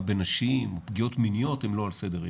בילדים או פגיעות מיניות הן לא על סדר,